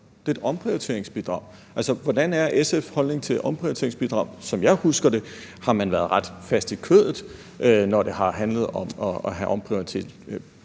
Det er et omprioriteringsbidrag. Hvordan er SF's holdning til omprioriteringsbidraget? Som jeg husker det, har man været ret fast i kødet, når det har handlet om at have omprioriteringsbidrag